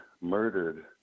murdered